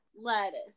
lettuce